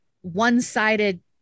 one-sided